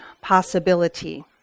possibility